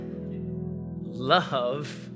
love